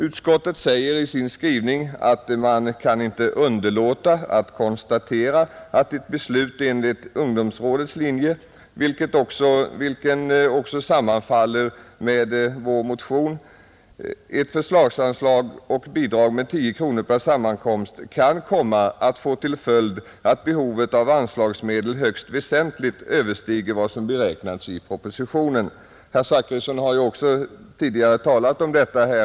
Utskottet säger i sin skrivning att man ”kan inte underlåta att konstatera att ett beslut enligt ungdomsrådets linje” — vilken sammanfaller med vår motion — ”med ett förslagsanslag och bidrag med 10 kr. per sammankomst kan komma att få till följd att behovet av anslagsmedel högst väsentligt överstiger vad som beräknats i propositionen”. Herr Zachrisson har ju också här tidigare talat om detta.